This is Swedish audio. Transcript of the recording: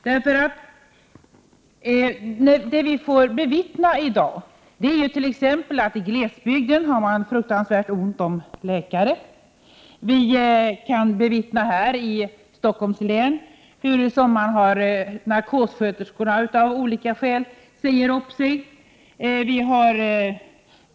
Vi får i dag bevittna att det t.ex. i glesbygden är fruktansvärt ont om läkare. Vi kan bevittna här i Stockholms län hur narkossköterskorna av olika skäl säger upp sig.